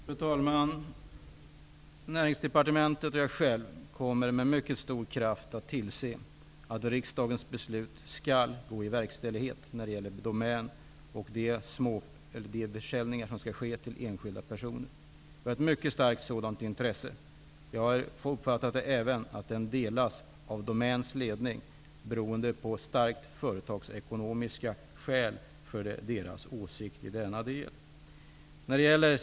Fru talman! Näringsdepartementet och jag själv kommer med mycket stor kraft att tillse att riksdagens beslut skall gå i verkställighet när det gäller Domän och de försäljningar som skall ske till enskilda personer. Vi har ett mycket starkt sådant intresse. Jag har även uppfattat att det intresset delas av Domäns ledning, som har starkt företagsekonomiska skäl för sin åsikt i denna del.